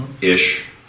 ish